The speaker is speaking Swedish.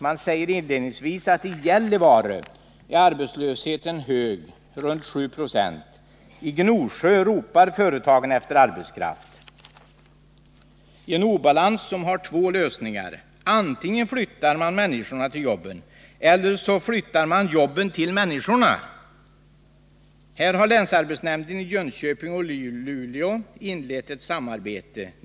Man säger inledningsvis att i Gällivare är arbetslösheten hög— runt 7 9o — men i Gnosjö ropar företagen efter arbetskraft. Det är en obalans som har två lösningar: antingen flyttar man människorna till jobben eller också flyttar man jobben till människorna. Här har länsarbetsnämnderna i Jönköping och Luleå inlett ett samarbete.